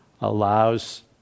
allows